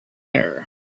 air